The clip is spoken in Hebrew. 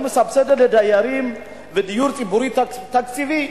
היא מסבסדת לדיירים בדיור ציבורי תקציבים.